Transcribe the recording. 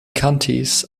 counties